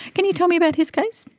can you tell me about his case?